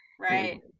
Right